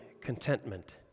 contentment